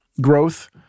growth—